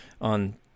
on